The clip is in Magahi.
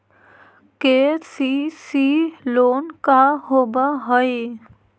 के.सी.सी लोन का होब हइ?